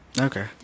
Okay